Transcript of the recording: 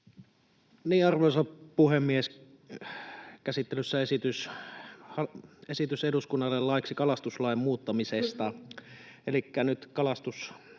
Arvoisa puhemies! Käsittelyssä on esitys eduskunnalle laiksi kalastuslain muuttamisesta.